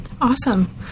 awesome